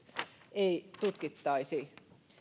ei tutkittaisi